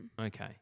Okay